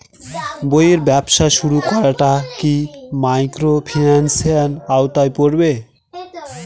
বইয়ের ব্যবসা শুরু করাটা কি মাইক্রোফিন্যান্সের আওতায় পড়বে?